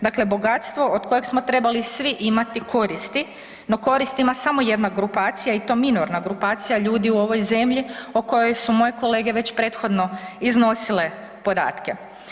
Dakle, bogatstvo od kojeg smo trebali svi imati koristi, no korist ima samo jedna grupacija i to minorna grupacija ljudi u ovoj zemlji o kojoj su moje kolege već prethodno iznosile podatke.